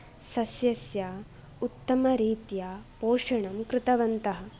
सस्यस्य उत्तमरीत्या पोषणं कृतवन्तः